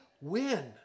win